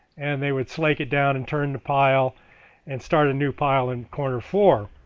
and they would slate it down and turn to pile and start a new pile in corner four.